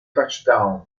touchdown